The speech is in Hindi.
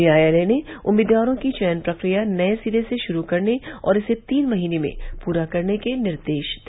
न्यायालय ने उम्मीदवारों की चयन प्रक्रिया नये सिरे से शुरू करने और इसे तीन महीने में पूरा करने का निर्देश दिया